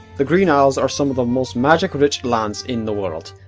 the green isles are some of the most magic rich lands in the world.